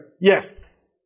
Yes